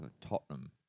Tottenham